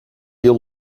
yıl